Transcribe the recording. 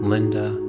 Linda